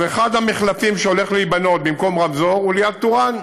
אחד המחלפים שהולך להיבנות במקום רמזור הוא ליד טורעאן,